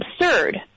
absurd